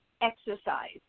exercise